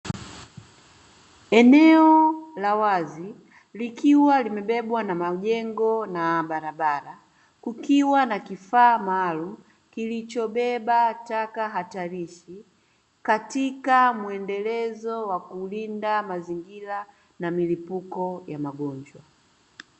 Eneo la wazi likiwa limebebwa na majengo na barabara, kukiwa na kifaa maalumu kilichobeba taka hatarishi. Katika muendelezo wa kulinda mazingira na milipuko ya magonjwa.